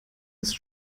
ist